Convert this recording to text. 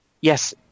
yes